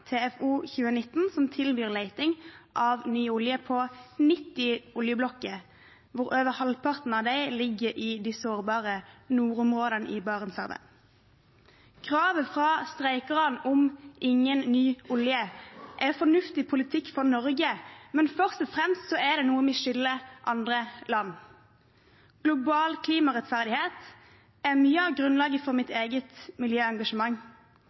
TFO 2019, som tilbyr ny leting etter olje på 90 oljeblokker, hvorav over halvparten ligger i de sårbare nordområdene i Barentshavet. Kravet fra de streikende om ingen ny olje er fornuftig politikk for Norge, men først og fremst er det noe vi skylder andre land. Global klimarettferdighet er mye av grunnlaget for mitt eget miljøengasjement.